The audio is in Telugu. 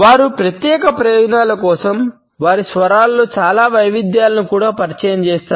వారు ప్రత్యేక ప్రయోజనాల కోసం వారి స్వరాలలో చాలా వైవిధ్యాలను కూడా పరిచయం చేస్తారు